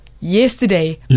Yesterday